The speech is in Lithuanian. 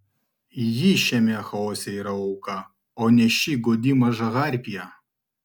ji šiame chaose yra auka o ne ši godi maža harpija